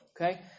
okay